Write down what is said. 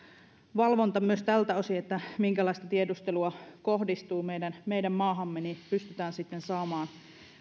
valvonta myös tältä osin minkälaista tiedustelua kohdistuu meidän meidän maahamme niin että pystytään sitten saamaan